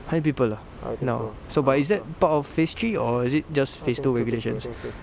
hundred people ah now so but is that part of phase three or is it just phase two regulations